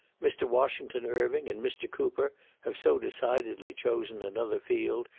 mr. washington irving and mr. cooper have so decidedly chosen another field,